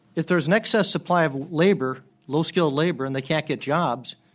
if there's an excess supply of labor, low-skilled labor, and they can't get jobs,